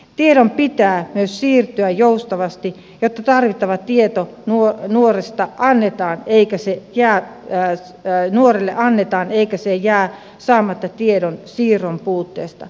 tiedon pitää myös siirtyä joustavasti jotta tarvittava tieto nuoresta annetaan eikä se jää yhä jäi nuorelle annetaan eikä se jää saamatta tiedonsiirron puutteesta johtuen